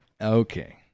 okay